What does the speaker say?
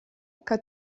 que